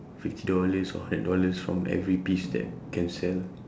fifty dollars or hundred dollars from every piece that can sell